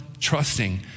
trusting